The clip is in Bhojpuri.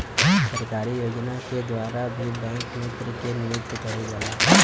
सरकारी योजना के द्वारा भी बैंक मित्र के नियुक्ति करल जाला